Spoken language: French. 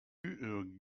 rue